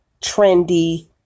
trendy